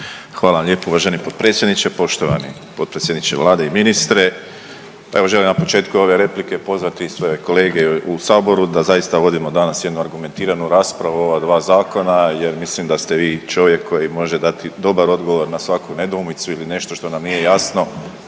Hvala lijepo uvaženi potpredsjedniče. Poštovan potpredsjedniče Vlade i ministre. Evo želim na početku ove replike pozvati sve kolege u Saboru da zaista vodimo danas jednu argumentiranu raspravu o ova dva zakona jer mislim da ste vi čovjek koji može dati dobar odgovor na svaku nedoumicu ili nešto što nam nije jasno